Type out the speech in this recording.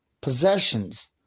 possessions